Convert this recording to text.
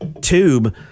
tube